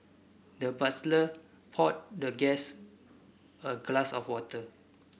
the butler poured the guest a glass of water